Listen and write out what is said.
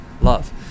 love